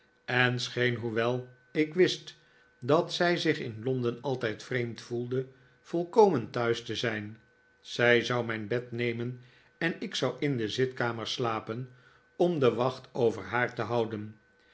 en scheen hoewel ik wist dat zij zich in londen altijd vreemd voelde volkomen thuis te zijn zij zou mijn bed nemen en ik zou in de zitkamer slapen om de wacht over haar te houden